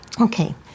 okay